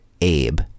Abe